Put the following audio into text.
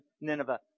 Nineveh